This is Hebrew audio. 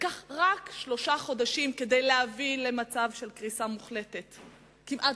שר האוצר, שמכיר,